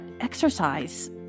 exercise